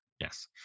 Yes